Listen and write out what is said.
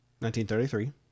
1933